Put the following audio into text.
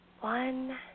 one